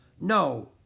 No